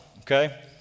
okay